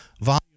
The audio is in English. volume